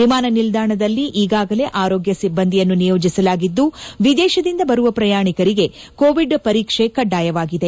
ವಿಮಾನ ನಿಲ್ದಾಣಲ್ಲಿ ಈಗಾಗಲೇ ಆರೋಗ್ನ ಸಿಬ್ಬಂದಿಯನ್ನು ನಿಯೋಜಿಸಲಾಗಿದ್ದು ವಿದೇಶದಿಂದ ಬರುವ ಪ್ರಯಾಣಿಕರಿಗೆ ಕೋವಿಡ್ ಪರೀಕ್ಷೆ ಕಡ್ಡಾಯವಾಗಿದೆ